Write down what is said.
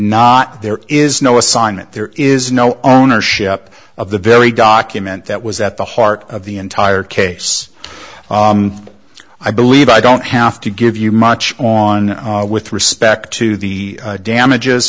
not there is no assignment there is no ownership of the very document that was at the heart of the entire case i believe i don't have to give you much on with respect to the damages